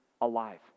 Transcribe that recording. alive